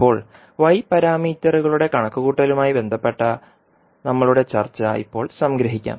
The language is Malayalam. ഇപ്പോൾ y പാരാമീറ്ററുകളുടെ കണക്കുകൂട്ടലുമായി ബന്ധപ്പെട്ട നമ്മളുടെ ചർച്ച ഇപ്പോൾ സംഗ്രഹിക്കാം